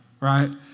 Right